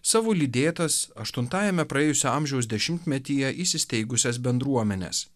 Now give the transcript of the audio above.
savo lydėtas aštuntajame praėjusio amžiaus dešimtmetyje įsisteigusias bendruomenes